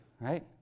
right